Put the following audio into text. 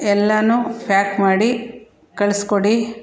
ಎಲ್ಲಾ ಪ್ಯಾಕ್ ಮಾಡಿ ಕಳ್ಸಿಕೊಡಿ